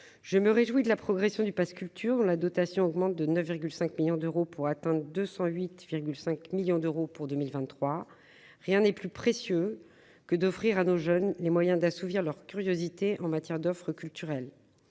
je me réjouis de la progression du Pass culture la dotation augmente de 9,5 millions d'euros pour atteindre 208 5 millions d'euros pour 2023, rien n'est plus précieux que d'offrir à nos jeunes les moyens d'assouvir leur curiosité en matière d'offre culturelle,